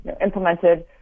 implemented